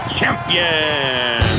champion